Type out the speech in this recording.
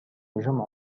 جمع